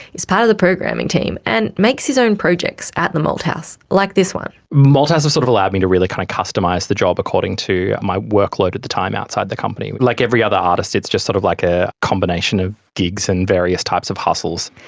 is part of the programming team and makes his own projects at the malthouse, like this one. malthouse have sort of allowed me to really kind customize the job according to my workload at the time outside the company, like every other artist it's just sort of like a combination of gigs and various types of hussles.